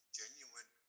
genuine